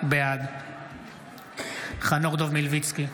בעד חנוך דב מלביצקי,